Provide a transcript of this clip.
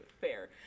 Fair